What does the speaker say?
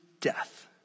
death